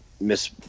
Miss